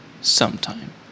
sometime